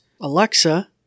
Alexa